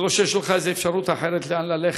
זה לא שיש לך איזו אפשרות אחרת לאן ללכת.